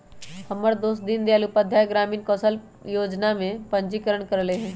हमर दोस दीनदयाल उपाध्याय ग्रामीण कौशल जोजना में पंजीकरण करएले हइ